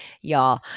Y'all